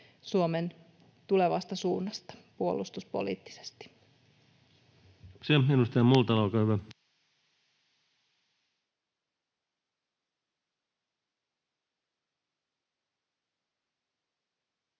Suomen tulevasta suunnasta puolustuspoliittisesti.